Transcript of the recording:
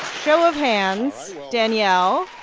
show of hands. danielle.